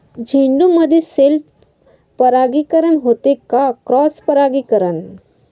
झेंडूमंदी सेल्फ परागीकरन होते का क्रॉस परागीकरन?